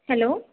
hello